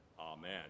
Amen